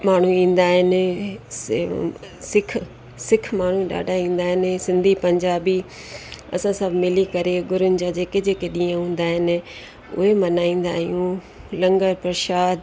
माण्हू ईंदा आहिनि सि सिख सिख माण्हू ॾाढा ईंदा आहिनि सिंधी पंजाबी असां सभु मिली करे गुरुअनि जा जेके जेके ॾींहं हूंदा आहिनि उहे मल्हाईंदा आहियूं लंगरु प्रशाद